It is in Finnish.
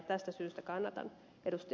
tästä syystä kannatan ed